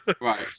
Right